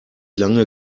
lange